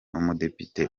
umudepite